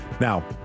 Now